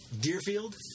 Deerfield